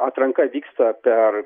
atranka vyksta per